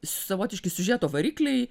savotiški siužeto varikliai